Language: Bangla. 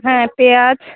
হ্যাঁ পেঁয়াজ